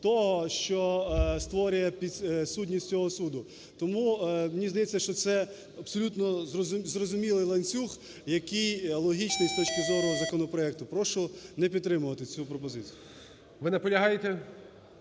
того, що створює підсудність цього суду. Тому мені здається, що це абсолютно зрозумілий ланцюг, який логічний з точки зору законопроекту. Прошу не підтримувати цю пропозицію. Веде